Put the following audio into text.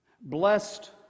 Blessed